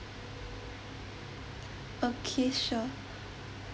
okay sure